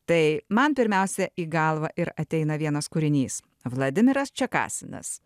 tai man pirmiausia į galvą ir ateina vienas kūrinys vladimiras čekasinas